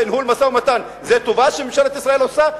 ניהול משא-ומתן זה טובה שממשלת ישראל עושה?